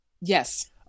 yes